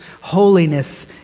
holiness